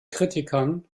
kritikern